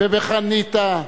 ובחניתה,